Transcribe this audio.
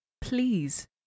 please